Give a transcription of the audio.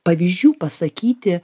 pavyzdžių pasakyti